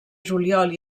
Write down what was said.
juliol